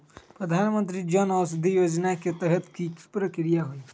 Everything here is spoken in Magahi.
प्रधानमंत्री जन औषधि योजना के तहत की की प्रक्रिया होई?